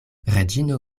reĝino